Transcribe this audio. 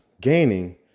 gaining